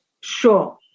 sure